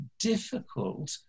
difficult